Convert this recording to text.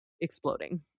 exploding